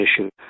issue